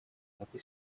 tapi